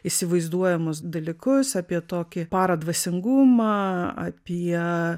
įsivaizduojamus dalykus apie tokį paradvasingumą apie